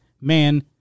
man